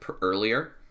earlier